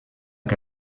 que